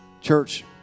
church